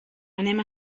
anem